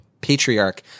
patriarch